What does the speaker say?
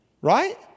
Right